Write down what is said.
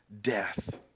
death